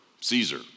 Caesar